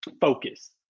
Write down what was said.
focus